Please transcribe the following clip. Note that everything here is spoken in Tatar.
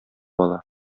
ала